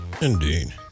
Indeed